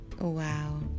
wow